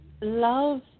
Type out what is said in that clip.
love